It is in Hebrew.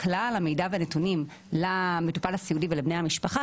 כלל המידע והנתונים למטופל הסיעודי ובני המשפחה,